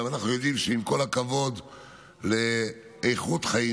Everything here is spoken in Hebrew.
אנחנו יודעים שעם כל הכבוד לאיכות חיים,